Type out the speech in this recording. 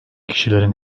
kişilerin